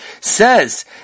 says